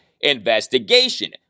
investigation